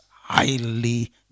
highly